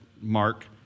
Mark